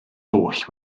oll